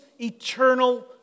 eternal